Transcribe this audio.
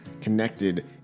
connected